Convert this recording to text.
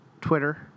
Twitter